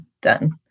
Done